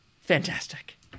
fantastic